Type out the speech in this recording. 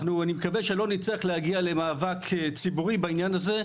אני מקווה שלא נצטרך להגיע למאבק ציבורי בעניין הזה.